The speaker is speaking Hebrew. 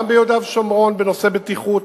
גם ביהודה ושומרון בנושא הבטיחות